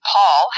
Paul